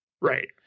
Right